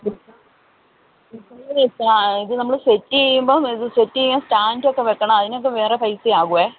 ഇത് നമ്മൾ സെറ്റ് ചെയ്യുമ്പോൾ സെറ്റ് ചെയ്യാൻ സ്റ്റാൻഡ് ഒക്കെ വെക്കണം അതിനൊക്കെ വേറെ പൈസ ആകും